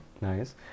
Nice